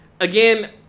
Again